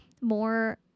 more